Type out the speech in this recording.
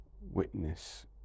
witness